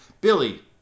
Billy